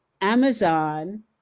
Amazon